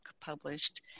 published